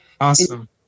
awesome